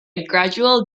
gradual